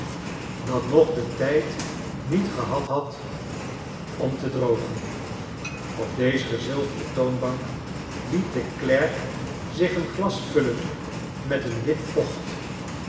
dat nog den tijd niet gehad had om te drogen op deze zilveren toonbank liet de klerk zich een glas vullen met een wit vocht